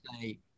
say